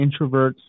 introverts